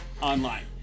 online